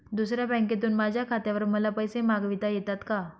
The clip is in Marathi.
दुसऱ्या बँकेतून माझ्या खात्यावर मला पैसे मागविता येतात का?